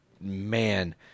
man